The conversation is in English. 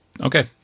Okay